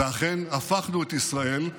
ואכן הפכנו את ישראל,